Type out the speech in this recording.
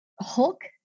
Hulk